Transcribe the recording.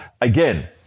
Again